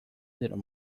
little